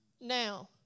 Now